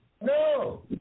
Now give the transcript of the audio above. no